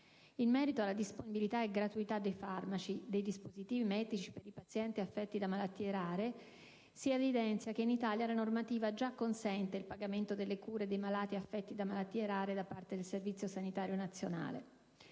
In merito alla disponibilità e gratuità dei farmaci e dei dispositivi medici per i pazienti affetti da malattie rare, evidenzio che in Italia la normativa consente già il pagamento delle cure dei malati affetti da malattie rare da parte del Servizio sanitario nazionale.